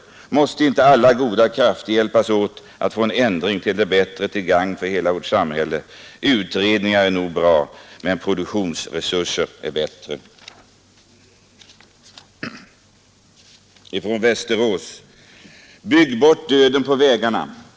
Måste inte alla goda krafter hjälpas åt att få en ändring till bättre till gagn för hela vårt samhälle. Utredningar är nog bra, men produktionsresurser bättre.” ”Bygg bort döden på vägarna.